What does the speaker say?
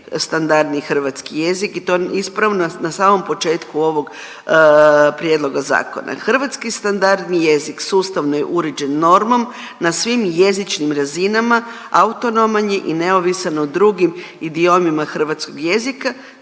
standardni hrvatski jezik i to ispravno na samom početku ovog prijedloga zakona. Hrvatski standardni jezik sustavno je uređen normom na svim jezičnim razinama, autonoman je i neovisan o drugim idiomima hrvatskog jezika